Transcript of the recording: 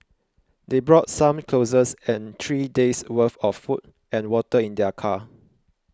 they brought some clothes and three days' worth of food and water in their car